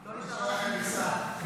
לא נשארה לכם מכסה.